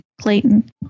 clayton